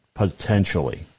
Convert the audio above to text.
potentially